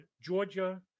Georgia